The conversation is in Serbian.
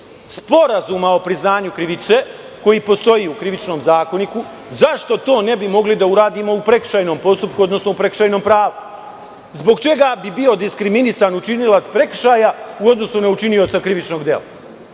sporazuma o priznanju krivice, koji postoji u Krivičnom zakoniku, zašto to ne bi mogli da uradimo u prekršajnom postupku, odnosno u prekršajnom pravu? Zbog čega bi bio diskriminisan učinilac prekršaja u odnosu na učinioca krivičnog dela?